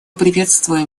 приветствуем